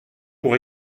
pour